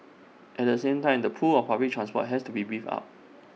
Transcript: at the same time the pull of public transport has to be beefed up